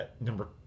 number